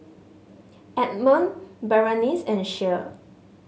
Edmund Berenice and Shea